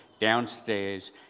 Downstairs